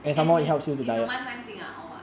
as in it's a one time thing ah or what